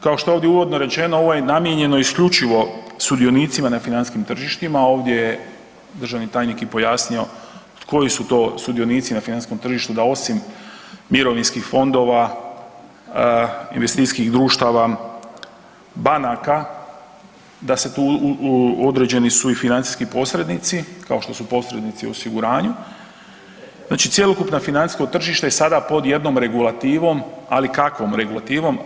Kao što je ovdje uvodno rečeno ovo je namijenjeno isključivo sudionicima na financijskim tržištima, ovdje je državni tajnik i pojasnio koji su to sudionici na financijskom tržištu da osim mirovinskih fondova, investicijskih društava, banaka, da se tu, određeni su i financijski posrednici, kao što su posrednici u osiguranju, znači cjelokupno financijsko tržište je sada pod jednom regulativom, ali kakvom regulativom?